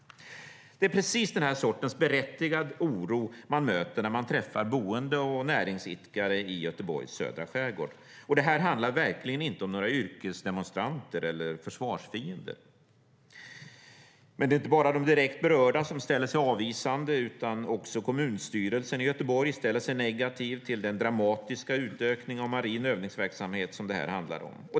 Det är precis den här sortens berättigade oro man möter när man träffar boende och näringsidkare i Göteborgs södra skärgård. Och det här handlar verkligen inte om några yrkesdemonstranter eller försvarsfiender. Men det är inte bara de direkt berörda som ställer sig avvisande, utan också kommunstyrelsen i Göteborg ställer sig negativ till den dramatiska utökning av marin övningsverksamhet som det här handlar om.